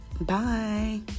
bye